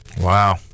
Wow